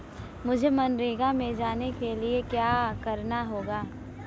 मुझे मनरेगा में जाने के लिए क्या करना होगा?